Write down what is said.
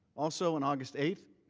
also on august eighth,